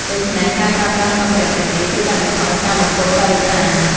ដូច្នេះ ការប្រើប្រាស់សម្ភារៈទាំងនេះជួយកាត់បន្ថយការបំពុលបរិស្ថាន។